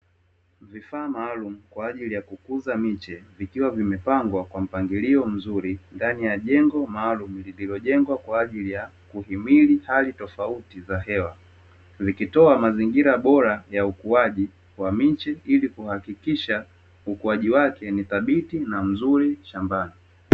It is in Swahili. Vifaa maalumu kwaajili ya kukuza miche vikiwa vimepangwa kwa mpangilio mzuri ndani ya jengo maalumu, lililotengwa kwaajili ya kuhimili hali tofauti ya hewa, vikitoa mazingira bora ya ukuwaji wa miche ili kuhakikisha ukuwaji wake ni dhabiti na mzuri shambani.